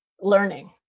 learning